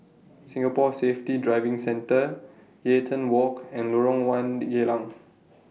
Singapore Safety Driving Centre Eaton Walk and Lorong one Geylang